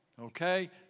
Okay